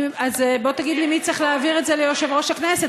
אז בוא תגיד לי מי צריך להעביר את זה ליושב-ראש הכנסת.